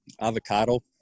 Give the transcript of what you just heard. avocado